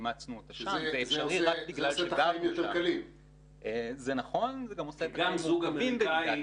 אימצנו אותה שם -- זה עושה את החיים יותר קלים כי גם זוג אמריקאי,